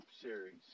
series